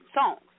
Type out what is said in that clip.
songs